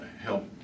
help